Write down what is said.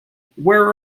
where